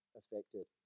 affected